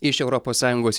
iš europos sąjungos